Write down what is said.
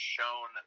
shown